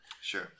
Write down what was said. sure